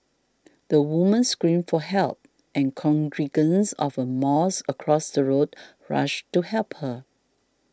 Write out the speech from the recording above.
the woman screamed for help and congregants of a mosque across the road rushed to help her